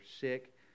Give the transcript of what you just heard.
sick